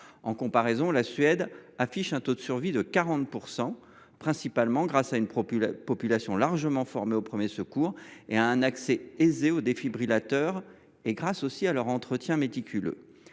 Par comparaison, la Suède affiche un taux de survie de 40 %, principalement grâce à une population largement formée aux premiers secours, à un accès aisé aux défibrillateurs et à un entretien méticuleux